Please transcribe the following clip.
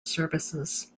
services